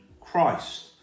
Christ